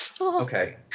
Okay